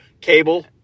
Cable